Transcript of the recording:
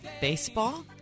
baseball